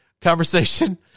conversation